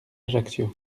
ajaccio